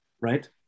right